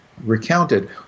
recounted